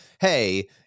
hey